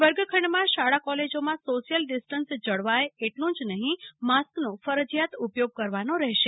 વર્ગખંડમાં અને શાળા કોલેજામાં સોશિયલ ડિસ્ટન્સ જળવાય એટલુ જ નહિ પરંતુ માસ્કનો ફરજીયાત ઉપયોગ કરવાનો રહેશે